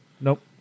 Nope